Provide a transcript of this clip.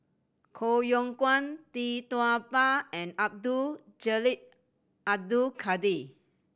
Koh Yong Guan Tee Tua Ba and Abdul Jalil Abdul Kadir